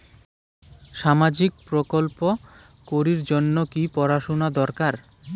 সামাজিক প্রকল্প করির জন্যে কি পড়াশুনা দরকার?